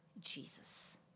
Jesus